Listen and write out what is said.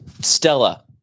Stella